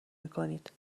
میکنید